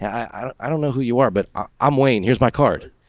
i don't know who you are, but i'm waiting. here's my card.